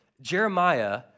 Jeremiah